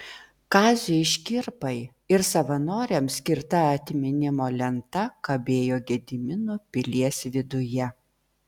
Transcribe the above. kaziui škirpai ir savanoriams skirta atminimo lenta kabėjo gedimino pilies viduje